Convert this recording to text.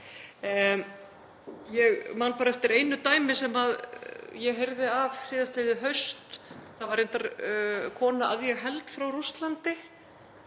Ég man bara eftir einu dæmi sem ég heyrði af síðastliðið haust, það var kona að ég held frá Rússlandi.